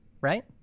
right